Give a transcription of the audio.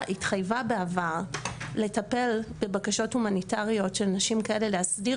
התחייבה בעבר לטפל בבקשות הומניטריות של נשים כאלה להסדיר